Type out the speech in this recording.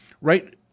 right